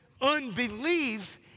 unbelief